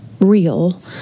real